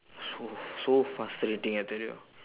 so so frustrating I tell you